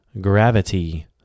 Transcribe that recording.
gravity